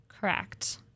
Correct